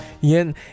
Yen